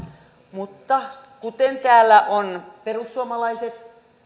mutta kuten täällä ovat perussuomalaiset